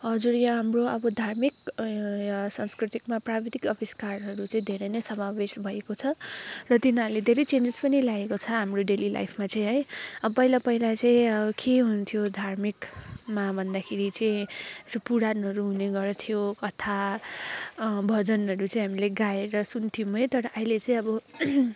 हजुर यहाँ हाम्रो अब धार्मिक संस्कृतिकमा प्राविधिक अविष्कारहरू चाहिँ धेरै नै समावेश भएको छ र तिनीहरूले धेरै चेन्जेस पनि ल्याएको छ हाम्रो डेली लाइफमा चाहिँ है अब पहिला पहिला चाहिँ के हुन्थ्यो धार्मिकमा भन्दाखेरि चाहिँ त्यो पुरानहरू हुने गर्थ्यो कथा भजनहरू चाहिँ हामीले गाएर सुन्थ्यौँ है तर अहिले चाहिँ अब